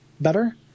better